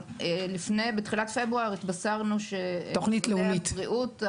בתחילת פברואר התבשרנו ששרי הבריאות,